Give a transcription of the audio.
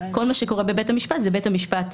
חובת יידוע.